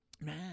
man